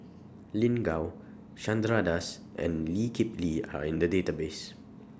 Lin Gao Chandra Das and Lee Kip Lee Are in The Database